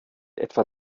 etwa